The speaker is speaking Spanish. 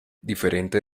diferente